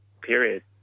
period